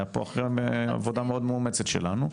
לאחר עבודה מאוד מאומצת שלנו.